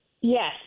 Yes